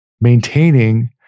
maintaining